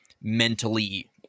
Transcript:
mentally